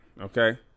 Okay